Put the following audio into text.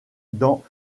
dans